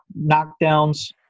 knockdowns